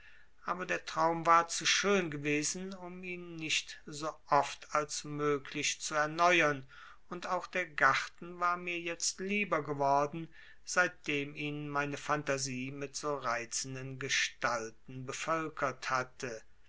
aber der traum war zu schön gewesen um ihn nicht so oft als möglich zu erneuern und auch der garten war mir jetzt lieber geworden seitdem ihn meine phantasie mit so reizenden gestalten bevölkert hatte